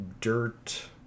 dirt